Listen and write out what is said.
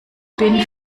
bin